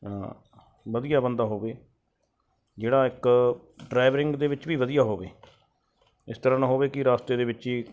ਵਧੀਆ ਬੰਦਾ ਹੋਵੇ ਜਿਹੜਾ ਇੱਕ ਡਰਾਈਵਰਿੰਗ ਦੇ ਵਿੱਚ ਵੀ ਵਧੀਆ ਹੋਵੇ ਇਸ ਤਰ੍ਹਾਂ ਨਾ ਹੋਵੇ ਕਿ ਰਸਤੇ ਦੇ ਵਿੱਚ ਹੀ